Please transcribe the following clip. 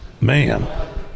Man